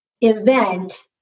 event